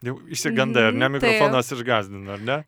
jau išsigandai ar ne mikrofonas išgąsdino ar ne